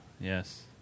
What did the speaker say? yes